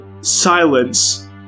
silence